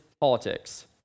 politics